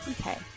Okay